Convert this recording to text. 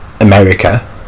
America